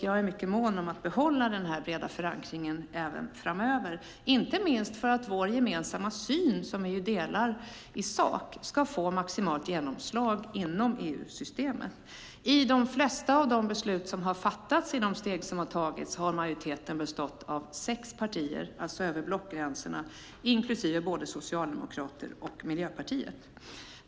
Jag är mycket mån om att behålla den breda förankringen även framöver. Det gäller inte minst för att vår gemensamma syn som vi delar i sak ska få maximalt genomslag inom EU-systemet. I de flesta av de beslut som har fattats i de steg som har tagits har majoriteten bestått av sex partier, det vill säga över blockgränserna, inklusive både Socialdemokraterna och Miljöpartiet.